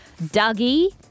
Dougie